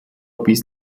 bis